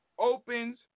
Opens